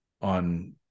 on